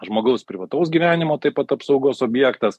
žmogaus privataus gyvenimo taip pat apsaugos objektas